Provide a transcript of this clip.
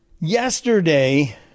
yesterday